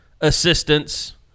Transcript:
assistance